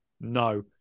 no